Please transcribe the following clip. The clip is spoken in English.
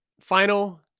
final